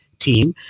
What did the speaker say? team